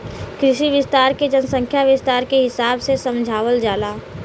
कृषि विस्तार के जनसंख्या विस्तार के हिसाब से समझावल जाला